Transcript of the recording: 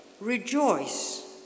rejoice